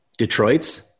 detroits